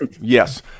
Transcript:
Yes